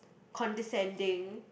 condescending